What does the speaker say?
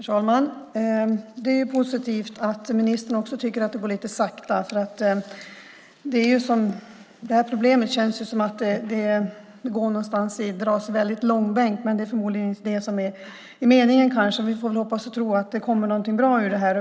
Herr talman! Det är positivt att ministern också tycker att det går lite sakta. Det känns som om det här problemet dras i långbänk, men det är förmodligen inte meningen. Vi får hoppas och tro att det kommer någonting bra ur det här.